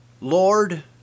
Lord